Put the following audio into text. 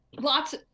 lots